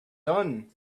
done